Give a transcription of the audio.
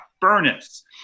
furnace